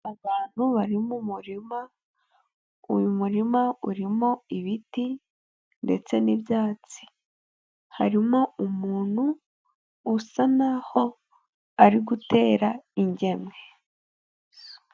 Abantu bari mu murima, uyu murima urimo ibiti ndetse n'ibyatsi, harimo umuntu usa n'aho ari gutera ingemwe.